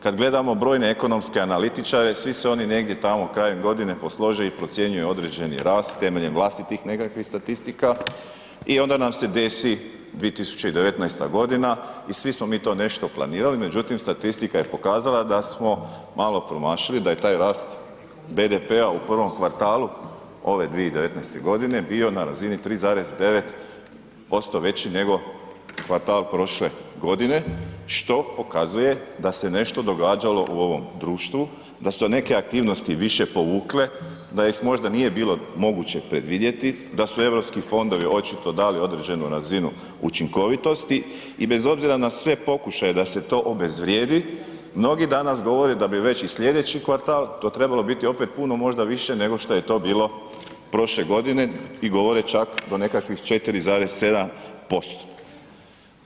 Kad gledamo brojne ekonomske analitičare svi se oni negdje tamo krajem godine poslože i procjenjuju određeni rast temeljem vlastitih nekakvih statistika i onda nam se desi 2019. godina i svi smo mi to nešto planirali međutim statistika je pokazala da smo malo promašili, da je taj rast BDP-a u prvom kvartalu ove 2019. godine bio na razini 3,9% veći nego kvartal prošle godine što pokazuje da se nešto događalo u ovom društvu, da su se neke aktivnosti više povukle, da ih možda nije bilo moguće predvidjeti, da su europski fondovi očito dali određenu razinu učinkovitosti i bez obzira na sve pokušaje da se to obezvrijedi, mnogi danas govore da bi već i slijedeći kvartal to trebalo biti opet puno više nego što je to bilo prošle godine i govore čak do nekakvih 4,7%